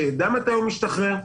שיידע מתי הוא משתחרר,